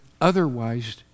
otherwise